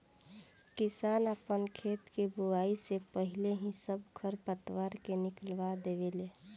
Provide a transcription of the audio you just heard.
किसान आपन खेत के बोआइ से पाहिले ही सब खर पतवार के निकलवा देवे ले